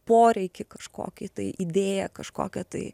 poreikį kažkokį tai idėją kažkokią tai